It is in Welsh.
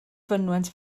fynwent